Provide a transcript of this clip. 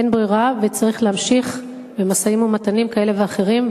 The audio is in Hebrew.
אין ברירה וצריך להמשיך במשאים-ומתנים כאלה ואחרים,